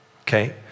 okay